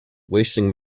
wasting